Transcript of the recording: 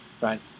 right